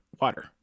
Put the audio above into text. water